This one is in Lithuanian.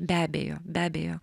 be abejo be abejo